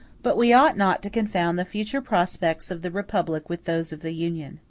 but we ought not to confound the future prospects of the republic with those of the union.